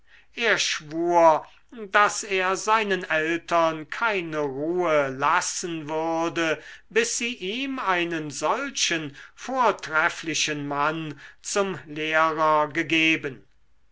er schwur daß er seinen eltern keine ruhe lassen würde bis sie ihm einen solchen vortrefflichen mann zum lehrer gegeben